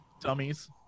dummies